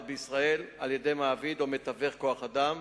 בישראל על-ידי מעביד או מתווך כוח-אדם,